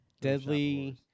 Deadly